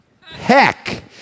heck